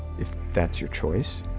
if that's your choice,